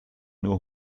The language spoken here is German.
nur